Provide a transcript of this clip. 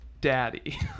Daddy